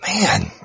Man